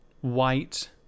white